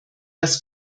was